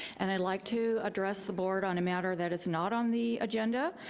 and i'd like to address the board on a matter that is not on the agenda.